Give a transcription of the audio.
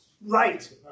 Right